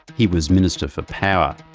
he was minister for power.